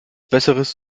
besseres